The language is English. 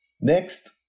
Next